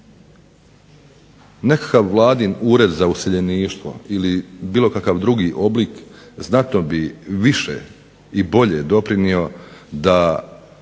Nekakav Vladin ured za useljeništvo ili bilo kakav drugi oblik, znatno bi više doprinjeo da